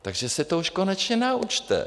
Takže se to už konečně naučte!